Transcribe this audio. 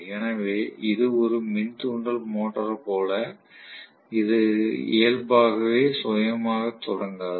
எனவே இது ஒரு மின் தூண்டல் மோட்டார் போல இது இயல்பாகவே சுயமாகத் தொடங்காது